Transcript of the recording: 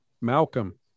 Malcolm